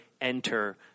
enter